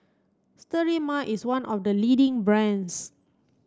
Sterimar is one of the leading brands